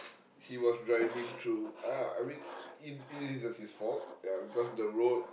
he was driving through uh I mean it isn't his fault ya because the road